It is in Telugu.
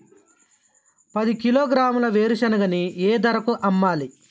పది కిలోగ్రాముల వేరుశనగని ఏ ధరకు అమ్మాలి?